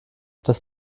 das